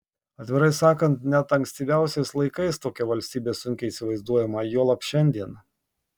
atvirai sakant net ankstyviausiais laikais tokia valstybė sunkiai įsivaizduojama juolab šiandien